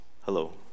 hello